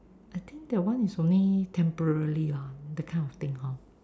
I think that one is only temporary lah that kind of thing hor